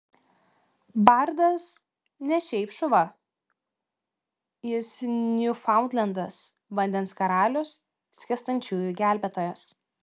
bardas ne šiaip šuva jis niūfaundlendas vandens karalius skęstančiųjų gelbėtojas